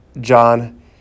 John